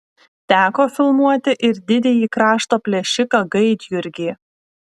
teko filmuoti ir didįjį krašto plėšiką gaidjurgį